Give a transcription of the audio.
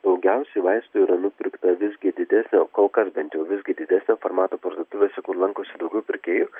daugiausiai vaistų yra nupirkta visgi didesnio kol kas visgi didesnio formato parduotuvėse lankosi daugiau pirkėjų